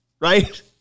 right